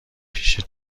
پیش